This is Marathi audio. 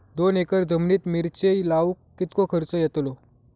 दोन एकर जमिनीत मिरचे लाऊक कितको खर्च यातलो?